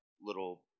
little